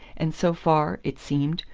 and so far, it seemed,